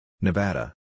Nevada